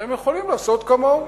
הם יכולים לעשות כמוהו.